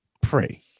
pray